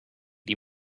die